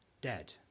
dead